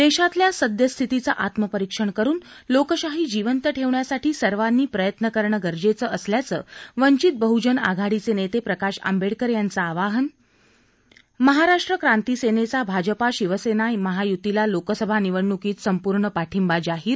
देशातल्या सद्यस्थितीचं आत्मपरिक्षण करून लोकशाही जिवंत ठेवण्यासाठी सर्वांनी प्रयत्न करणं गरजेचं असल्याचं वंचित बहुजन आघाडीचे नेते प्रकाश आंबेडकर यांचं आवाहन महाराष्ट्र क्रांती सेनेचा भाजपा शिवसेना महायुतीला लोकसभा निवडणूकीत संपूर्ण पाठिंबा जाहिर